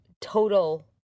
total